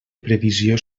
previsió